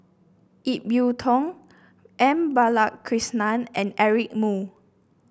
Ip Yiu Tung M Balakrishnan and Eric Moo